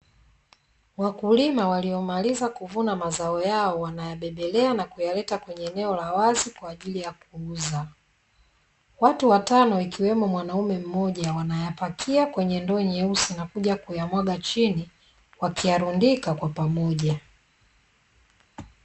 Wakulima waliomaliza kuvuna mazao yao, wanayabebelea na kuyaleta kwenye eneo la wazi kwa ajili ya kuuza, watu watano wakiwemo mwanaume mmoja wanayapakia kwenye ndoo nyeusi na kuja kuyamwaga chini, wakiyarundika kwa pamoja.